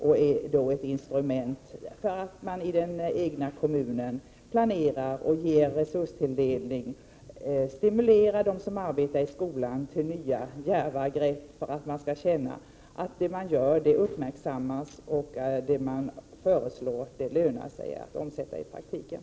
Det är då fråga om ett instrument för att man i den egna kommunen skall kunna planera och ge resurser som stimulerar dem som arbetar inom skolan till nya djärva grepp. Man skall kunna känna att det som görs uppmärksammas och att det som föreslås lönar sig, omsätts i praktiken.